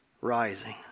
rising